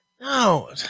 No